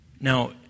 Now